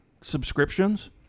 subscriptions